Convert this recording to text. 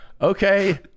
okay